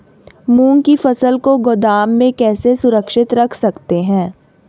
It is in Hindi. मूंग की फसल को गोदाम में कैसे सुरक्षित रख सकते हैं?